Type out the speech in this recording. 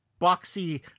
boxy